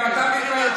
גם אתה מתלונן.